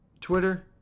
Twitter